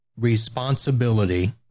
responsibility